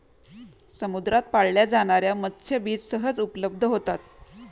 समुद्रात पाळल्या जाणार्या मत्स्यबीज सहज उपलब्ध होतात